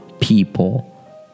people